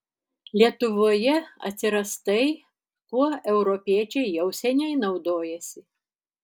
lietuvoje atsiras tai kuo europiečiai jau seniai naudojasi